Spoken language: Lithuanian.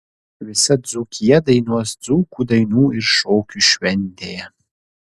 visa dzūkija dainuos dzūkų dainų ir šokių šventėje